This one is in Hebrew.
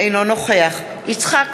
אינו נוכח יצחק כהן,